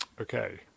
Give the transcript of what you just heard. Okay